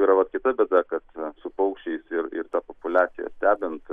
tai yra vat kita bėda kad su paukščiais ir ir tą populiaciją stebint